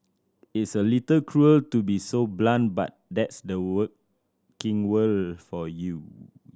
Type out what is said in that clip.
it's a little cruel to be so blunt but that's the working world for you